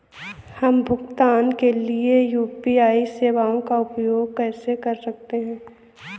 हम भुगतान के लिए यू.पी.आई सेवाओं का उपयोग कैसे कर सकते हैं?